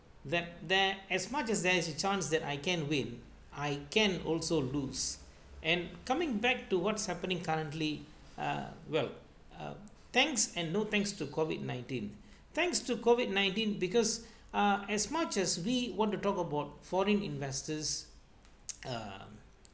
that there as much as there is a chance that I can win I can also lose and coming back to what's happening currently uh well uh thanks and no thanks to COVID nineteen thanks to COVID nineteen because ah as much as we want to talk about foreign investors um